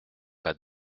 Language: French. pas